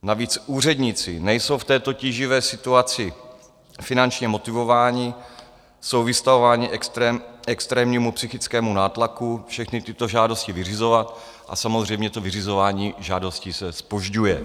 Navíc úředníci nejsou v této tíživé situaci finančně motivováni, jsou vystavováni extrémnímu psychickému nátlaku všechny tyto žádosti vyřizovat, a samozřejmě vyřizování žádostí se zpožďuje.